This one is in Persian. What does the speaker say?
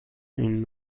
این